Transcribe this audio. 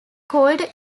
called